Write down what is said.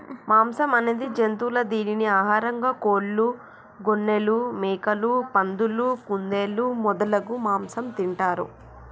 మాంసం అనేది జంతువుల దీనిని ఆహారంగా కోళ్లు, గొఱ్ఱెలు, మేకలు, పందులు, కుందేళ్లు మొదలగు మాంసం తింటారు